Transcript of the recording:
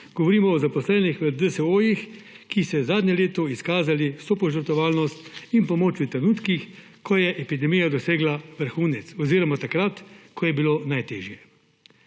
Govorimo o zaposlenih v DSO, ki so v zadnjem letu izkazali vso požrtvovalnost in pomoč v trenutkih, ko je epidemija dosegla vrhunec oziroma takrat, ko je bilo najtežje.